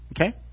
okay